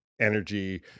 energy